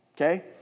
okay